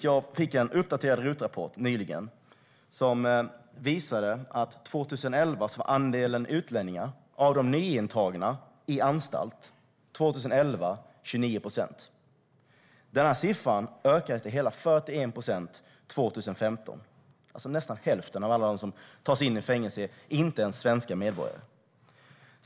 Nyligen fick jag en uppdaterad RUT-rapport som visade att andelen utlänningar av de nyintagna på anstalt 2011 var 29 procent. Denna siffra ökade till hela 41 procent 2015. Alltså är nästan hälften av alla som tas in i fängelse inte ens svenska medborgare.